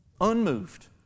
Unmoved